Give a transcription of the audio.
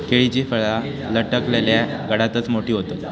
केळीची फळा लटकलल्या घडातच मोठी होतत